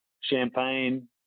champagne